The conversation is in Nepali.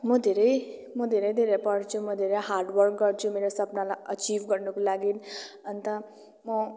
म धेरै म धेरै धेरै पढ्छु म धेरै हार्ड वर्क गर्छु मेरो सपनालाई अचिभ गर्नुको लागि अन्त म